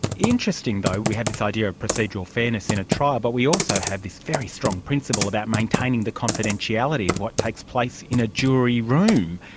interesting though, we have this idea of procedural fairness in a trial, but we also have this very strong principle about maintaining the confidentiality of what takes place in a jury room.